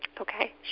Okay